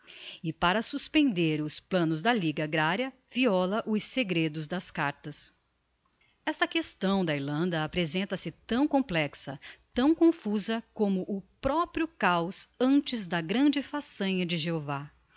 e para suspender os planos da liga agraria viola os segredos das cartas esta questão da irlanda apresenta-se tão complexa tão confusa como o proprio chaos antes da grande façanha de jehovah